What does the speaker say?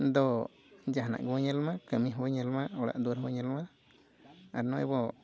ᱫᱚ ᱡᱟᱦᱟᱱᱟᱜ ᱜᱮᱵᱚᱱ ᱧᱮᱞ ᱢᱟ ᱠᱟᱹᱢᱤ ᱦᱚᱸ ᱧᱮᱞ ᱢᱟ ᱚᱲᱟᱜ ᱫᱩᱣᱟᱹᱨ ᱦᱚᱸ ᱧᱮᱞ ᱢᱟ ᱟᱨ ᱱᱚᱜᱼᱚᱸᱭ ᱟᱵᱚ